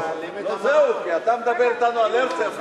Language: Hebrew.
לא, זהו, כי אתה מדבר אתנו על הרצל.